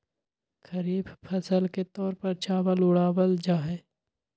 खरीफ फसल के तौर पर चावल उड़ावल जाहई